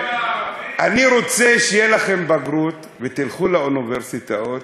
אני רוצה שתהיה לכם בגרות ותלכו לאוניברסיטאות,